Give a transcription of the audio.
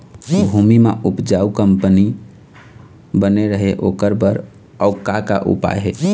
भूमि म उपजाऊ कंपनी बने रहे ओकर बर अउ का का उपाय हे?